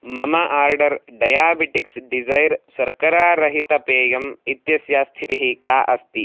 मम order diabetics desire शर्करारहितपेयम् इत्यस्य स्थितिः का अस्ति